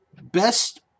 Best